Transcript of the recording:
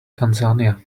tanzania